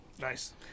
Nice